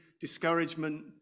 discouragement